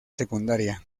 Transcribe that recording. secundaria